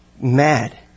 mad